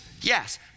Yes